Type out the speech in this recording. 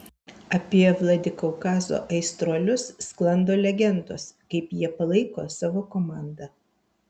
apie vladikaukazo aistruolius sklando legendos kaip jie palaiko savo komandą